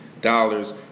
dollars